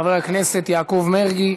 חבר הכנסת יעקב מרגי,